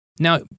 Now